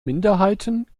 minderheiten